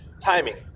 timing